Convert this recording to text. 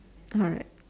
alright